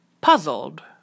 Puzzled